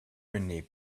menée